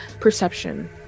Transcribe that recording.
Perception